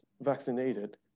vaccinated